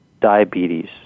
diabetes